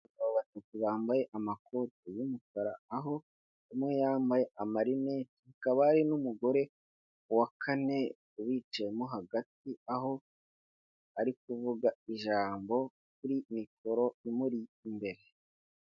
Abagabo batatu bambaye amakoti y'umukara, aho umwe yambaye amarinete hakaba hari n'umugore wa kane ubicayemo hagati aho ari kuvuga ijambo kuri mikoro imuri imbere.